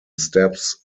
steps